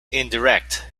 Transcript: indirect